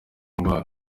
ndwara